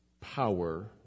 power